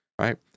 right